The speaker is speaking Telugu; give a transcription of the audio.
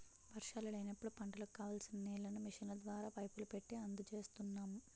వర్షాలు లేనప్పుడు పంటలకు కావాల్సిన నీళ్ళను మిషన్ల ద్వారా, పైపులు పెట్టీ అందజేస్తున్నాం